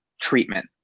treatment